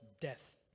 death